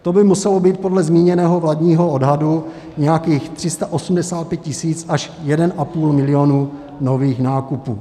To by muselo být podle zmíněného vládního odhadu nějakých 385 tisíc až 1,5 milionu nových nákupů.